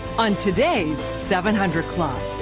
on today's seven hundred club,